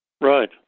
Right